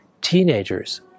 teenagers